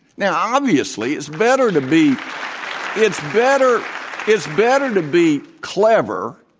now, obviously it's better to be it's better it's better to be clever,